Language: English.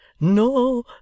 No